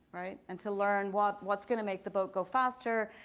and to learn what's what's going to make the boat go faster,